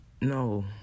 no